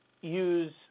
use